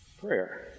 Prayer